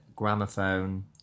Gramophone